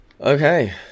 Okay